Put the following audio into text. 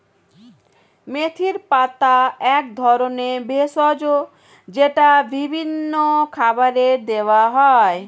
মেথির পাতা এক ধরনের ভেষজ যেটা বিভিন্ন খাবারে দেওয়া হয়